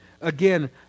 Again